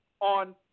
on